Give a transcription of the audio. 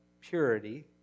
purity